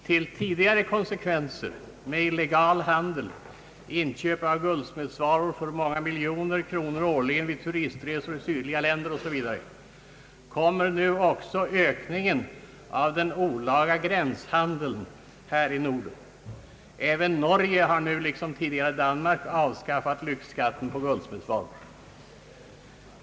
Till tidigare konsekvenser med illegal handel, inköp av guldsmedsvaror för många miljoner kronor årligen vid turistresor i sydliga länder osv. kommer nu också ökningen av den olaga gränshandeln här i Norden. även Norge har nu — liksom tidigare Danmark — avskaffat lyxskatten på guldsmedsvaror.